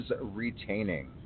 retaining